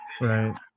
Right